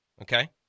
Okay